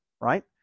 right